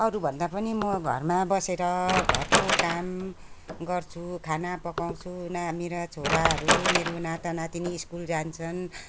अरूभन्दा पनि म घरमा बसेर घरको काम गर्छु खाना पकाउँछु मेरो छोराहरू मेरो नातानातिनी स्कुल जान्छन्